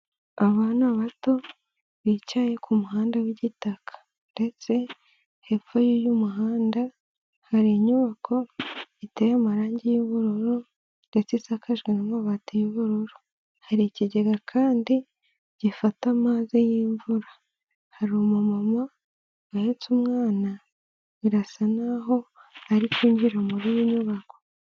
Abana bato bicaye ku muhanda w'igitaka ndetse hepfo y'uyu muhanda hari inyubako iteye amarangi y'ubururu ndetse isakajwe n'amabati y'uburur, hari ikigega kandi gifata amazi y'imvura, hari umumama uhetse umwana birasa n'aho ari kwinjira muri iyi nyubako.